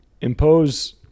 impose